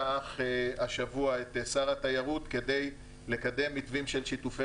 אך השבוע את שר התיירות כדי לקדם מתווים של שיתופי